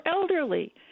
elderly